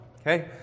Okay